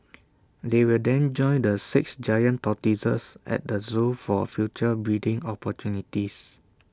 they will then join the six giant tortoises at the Zoo for future breeding opportunities